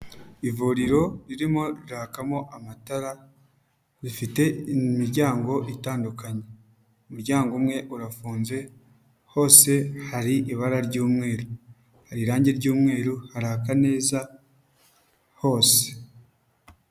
Ivuriro ririmo rirakamo amatara, rifite imiryango itandukanye umuryango umwe urafunze hose hari ibara ry'umweru, hari irange ry'umweru, haraka neza hose.